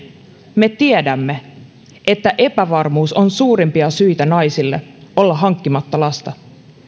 me tiedämme että epävarmuus on suurimpia syitä naisille olla hankkimatta lasta